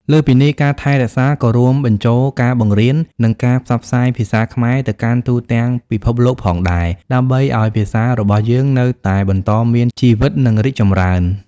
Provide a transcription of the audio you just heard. លើសពីនេះ ការថែរក្សាក៏រួមបញ្ចូលការបង្រៀន និងការផ្សព្វផ្សាយភាសាខ្មែរទៅកាន់ទូទាំងពិភពលោកផងដែរ ដើម្បីឱ្យភាសារបស់យើងនៅតែបន្តមានជីវិត និងរីកចម្រើន។